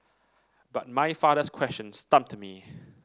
but my father's question stumped me